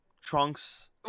trunks